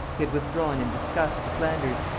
he had withdrawn in disgust to flanders,